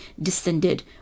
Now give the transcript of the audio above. descended